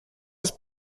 ist